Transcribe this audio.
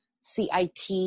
CIT